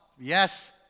Yes